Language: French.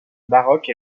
baroque